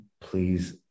please